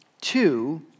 Two